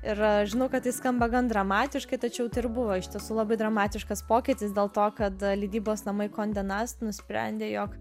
ir aš žinau kad tai skamba gan dramatiškai tačiau tai ir buvo iš tiesų labai dramatiškas pokytis dėl to kad leidybos namai kondenast nusprendė jog